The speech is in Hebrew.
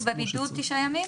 הוא בבידוד תשעה ימים?